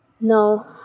No